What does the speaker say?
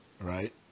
right